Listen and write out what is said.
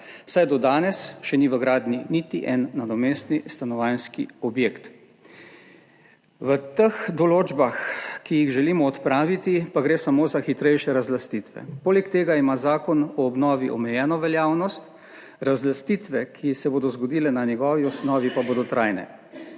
saj do danes še ni v gradnji niti en nadomestni stanovanjski objekt. V teh določbah, ki jih želimo odpraviti pa gre samo za hitrejše razlastitve. Poleg tega ima Zakon o obnovi omejeno veljavnost. Razlastitve, ki se bodo zgodile na njegovi osnovi pa bodo trajne.